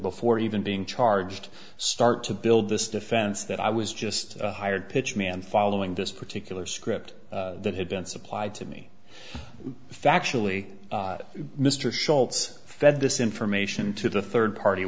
before even being charged start to build this defense that i was just a hired pitch man following this particular script that had been supplied to me factually mr schultz fed this information to the third party